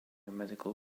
medical